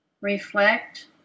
reflect